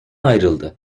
ayrıldı